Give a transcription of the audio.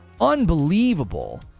Unbelievable